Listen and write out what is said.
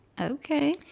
Okay